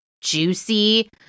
Juicy